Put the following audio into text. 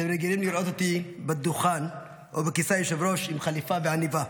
אתם רגילים לראות אותי בדוכן או בכיסא היושב-ראש עם חליפה ועניבה.